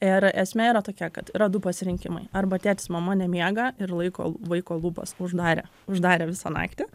ir esmė yra tokia kad yra du pasirinkimai arba tėtis mama nemiega ir laiko vaiko lūpas uždarę uždarę visą naktį